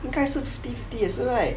应该是 fifty fifty 也是 right